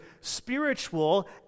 spiritual